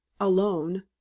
alone